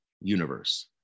universe